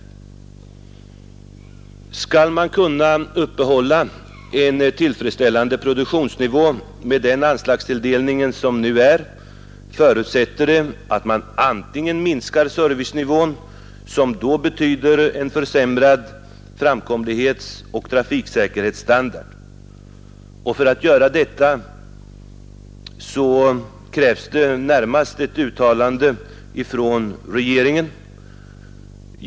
En förutsättning för att man skall kunna upprätthålla en tillfredsställande produktionsnivå med nuvarande anslagstilldelning är att man sänker servicenivån, vilket betyder minskad framkomlighet och försämrad trafiksäkerhet. Detta kräver närmast ett uttalande från regeringen.